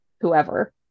whoever